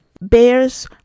bears